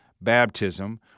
baptism